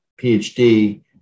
PhD